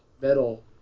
metal